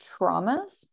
traumas